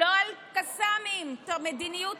לא על קסאמים, מדיניות